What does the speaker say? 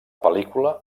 pel·lícula